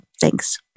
thanks